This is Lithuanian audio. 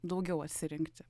daugiau atsirinkti